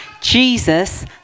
Jesus